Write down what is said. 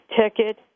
Ticket